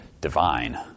divine